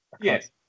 Yes